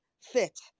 fit